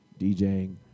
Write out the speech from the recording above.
DJing